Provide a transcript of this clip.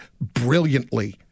brilliantly